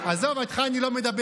עזוב, איתך אני לא מדבר.